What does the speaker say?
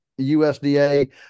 USDA